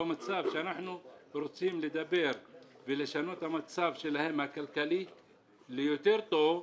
במצב שאנחנו רוצים לדבר ולשנות את המצב הכלכלי שלהם כך שיהיה יותר טוב,